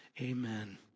Amen